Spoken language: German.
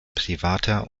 privater